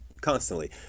constantly